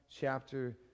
chapter